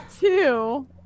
two